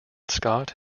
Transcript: scott